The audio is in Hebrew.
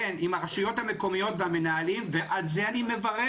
עם הרשויות המקומיות והמנהלים ועל זה אני מברך.